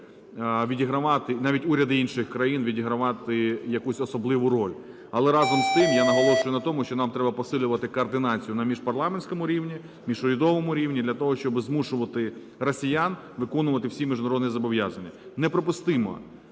навіть уряди інших країн, відігравати якусь особливу роль. Але разом з тим я наголошую на тому, що нам треба посилювати координацію на міжпарламентському рівні, міжурядовому рівні для того, щоби змушувати росіян виконувати всі міжнародні зобов'язання. Неприпустима